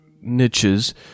niches